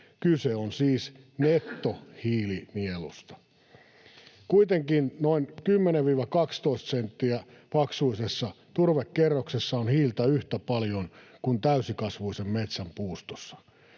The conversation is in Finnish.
Kyse on siis nettohiilinielusta. Kuitenkin noin 10—12 sentin paksuisessa turvekerroksessa on hiiltä yhtä paljon kuin täysikasvuisen metsän puustossa.